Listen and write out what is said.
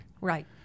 Right